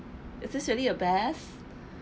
is this really the best